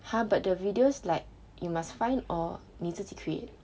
!huh! but the videos like you must find or 你自己 create